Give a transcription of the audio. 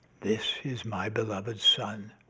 this is my beloved son.